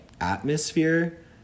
atmosphere